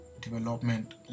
development